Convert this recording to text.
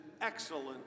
excellent